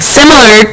Similar